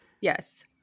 Yes